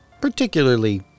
particularly